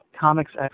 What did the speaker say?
Comics